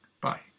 Bye